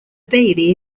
baby